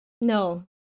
No